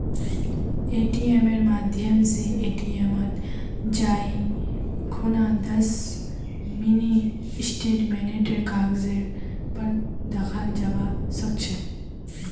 एटीएमेर माध्यम स एटीएमत जाई खूना दस मिनी स्टेटमेंटेर कागजेर पर दखाल जाबा सके छे